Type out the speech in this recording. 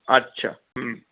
আচ্ছা হুম